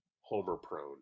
homer-prone